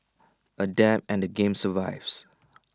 adapt and the game survives